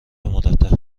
مرتب